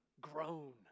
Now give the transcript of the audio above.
grown